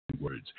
words